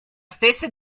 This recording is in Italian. stessa